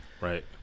right